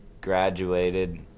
graduated